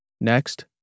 Next